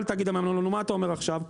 תאגיד המים אמר לנו מה אתה אומר עכשיו,